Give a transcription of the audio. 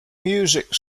music